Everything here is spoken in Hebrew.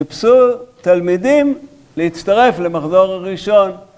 תפסו תלמידים להצטרף למחזור הראשון.